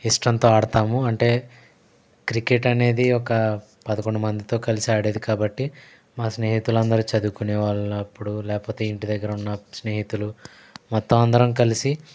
ఇష్టంతో ఆడతాము అంటే క్రికెట్ అనేది ఒక పదకొండు మందితో కలిసి ఆడేది కాబట్టి మా స్నేహితుల అందరి చదువుకునే వాళ్ళు అప్పుడు లేకపోతే ఇంటి దగ్గర ఉన్న స్నేహితులు మొత్తం అందరం కలిసి